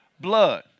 blood